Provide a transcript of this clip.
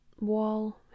wall